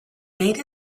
made